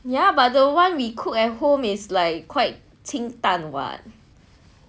ya but the one we cook at home is quite 清淡 [what]